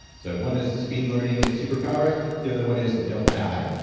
so one is speed learning get super powers, the other one is don't die,